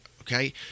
Okay